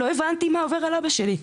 לא הבנתי מה עובר על אבא שלי.